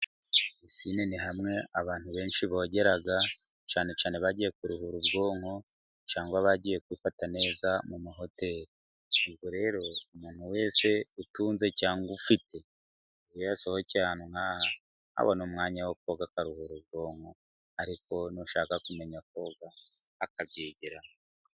Pisine ni hamwe abantu benshi bogera， cyane cyane bagiye kuruhura ubwonko， cyangwa bagiye kwifata neza mu mahoteri. Ubwo rero umuntu wese utunze cyangwa ufite iyo yasohokeye ahantu nk’aha， abona umwanya wo koga akaruhura ubwonko. Ariko n’ushaka kumenya koga akabyigiraho.